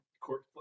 court